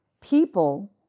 People